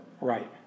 Right